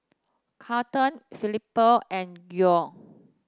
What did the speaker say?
Carlton Felipe and Geo